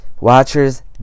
Watchers